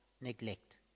neglect